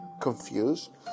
confused